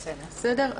בסדר.